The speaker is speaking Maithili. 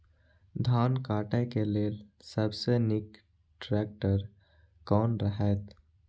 धान काटय के लेल सबसे नीक ट्रैक्टर कोन रहैत?